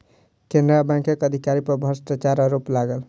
केनरा बैंकक अधिकारी पर भ्रष्टाचारक आरोप लागल